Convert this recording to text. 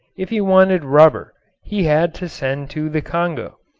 if he wanted rubber he had to send to the congo.